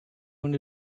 going